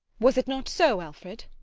was it not so, alfred?